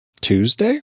Tuesday